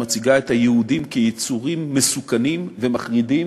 שמציגה את היהודים כיצורים מסוכנים ומחרידים